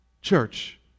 church